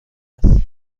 است